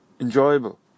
enjoyable